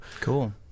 Cool